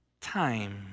time